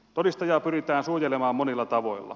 todistajaa pyritään suojelemaan monilla tavoilla